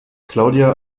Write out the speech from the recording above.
claudia